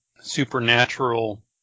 supernatural